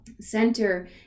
center